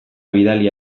bidali